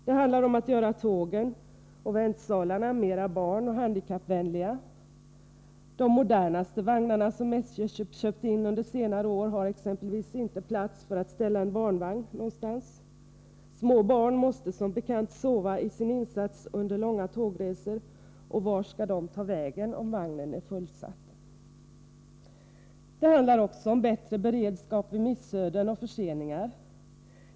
Det handlar om att göra tågen och väntsalarna mer barnoch handikappvänliga. De modernaste vagnarna, som SJ köpt in under senare år, har exempelvis inte plats för att ställa en barnvagn någonstans. Små barn måste som bekant sova i sin insats under långa tågresor. Vart skall de ta vägen om vagnen är fullsatt? Det handlar också om bättre beredskap vid missöden och förseningar.